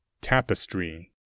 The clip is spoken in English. Tapestry